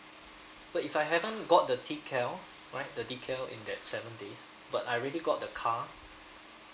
but if I haven't got the decal right the decal in that seven days but I already got the car